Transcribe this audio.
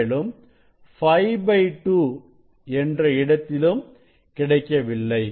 மேலும்52 என்ற இடத்திலும் கிடைக்கவில்லை